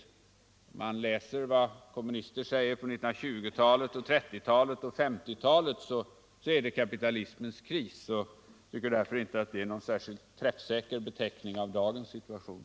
Om man läser vad kommunister säger på 1920-, 1930 och 1950-talen finner man att det handlar om kapitalismens kris, och jag tycker därför inte att det är någon särskilt träffsäker beteckning av dagens situation.